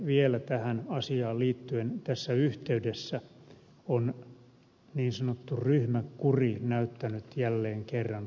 vielä tähän asiaan liittyen tässä yhteydessä on niin sanottu ryhmäkuri näyttänyt jälleen kerran karmeutensa